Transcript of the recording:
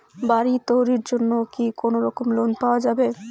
বাড়ি তৈরির জন্যে কি কোনোরকম লোন পাওয়া যাবে?